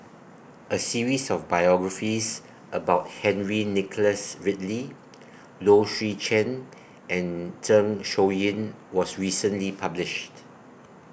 A series of biographies about Henry Nicholas Ridley Low Swee Chen and Zeng Shouyin was recently published